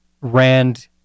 Rand